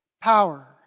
Power